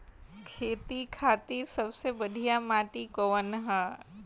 खेती खातिर सबसे बढ़िया माटी कवन ह?